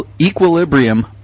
equilibrium